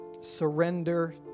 surrender